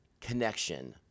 connection